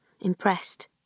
impressed